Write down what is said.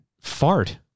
fart